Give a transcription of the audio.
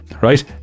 right